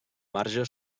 marge